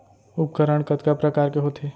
उपकरण कतका प्रकार के होथे?